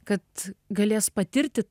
kad galės patirti